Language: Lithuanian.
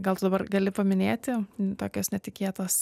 gal tu dabar gali paminėti tokias netikėtas